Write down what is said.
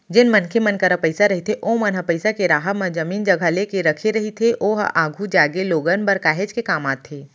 जेन मनखे मन करा पइसा रहिथे ओमन ह पइसा के राहब म जमीन जघा लेके रखे रहिथे ओहा आघु जागे लोगन बर काहेच के काम आथे